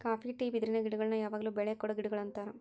copy tea ಬಿದಿರಿನ ಗಿಡಗುಳ್ನ ಯಾವಗ್ಲು ಬೆಳೆ ಕೊಡೊ ಗಿಡಗುಳು ಅಂತಾರ